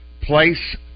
place